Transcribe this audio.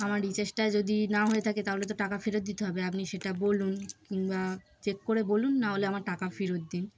আমার রিচার্জটা যদি না হয়ে থাকে তাহলে তো টাকা ফেরত দিতে হবে আপনি সেটা বলুন কিংবা চেক করে বলুন নাহলে আমার টাকা ফেরত দিন